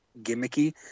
gimmicky